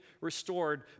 restored